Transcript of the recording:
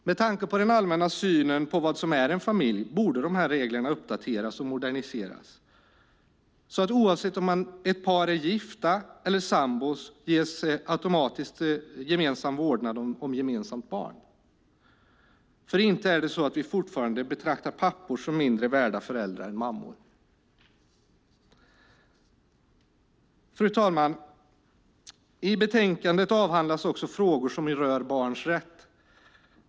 Med tanke på den allmänna synen på vad som är en familj borde de här reglerna uppdateras och moderniseras så att automatisk gemensam vårdnad om gemensamt barn ges oavsett om ett par är gifta eller sambor. För inte är det så att vi fortfarande betraktar pappor som mindre värda föräldrar än mammor? Fru talman! I betänkandet avhandlas också frågor som rör barns rätt.